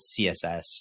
CSS